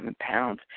pounds